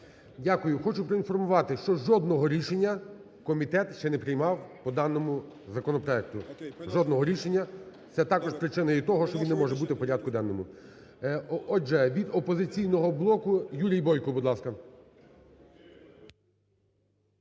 Дякую. Хочу проінформувати, що жодного рішення комітет ще не приймав по даному законопроекту, жодного рішення. Це також причина є того, що він не може бути в порядку денному. Отже, від "Опозиційного блоку" Юрій Бойко, будь ласка.